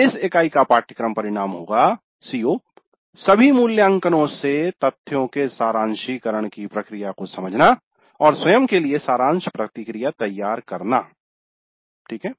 इस इकाई का पाठ्यक्रम परिणाम होगा सभी मूल्यांकनों से तथ्यों डेटा के सारांशीकरण की प्रक्रिया को समझना और स्वयं के लिए सारांश प्रतिक्रिया तैयार करना है